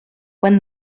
when